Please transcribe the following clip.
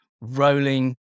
rolling